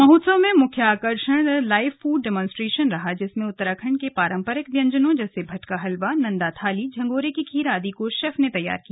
महोत्सव में मुख्य आकर्षण लाइव फूड डिमोन्सट्रेशन रहा जिसमें उत्तराखण्ड के पारम्परिक व्यंजनों जैसे भट्ट का हलवा नन्दा थाली झंगोरें की खीर आदि को शेफ ने तैयार किया